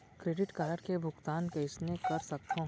Credit card के भुगतान कइसने कर सकथो?